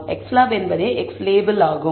xlab என்பதே x label ஆகும்